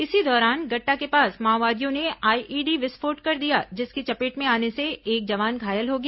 इसी दौरान गट्टा के पास माओवादियों ने आईईडी विस्फोट कर दिया जिसकी चपेट में आने से एक जवान घायल हो गया